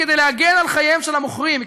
כדי להגן על חייהם של המוכרים,